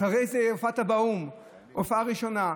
אחרי זה הופעת באו"ם, הופעה ראשונה.